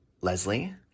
Leslie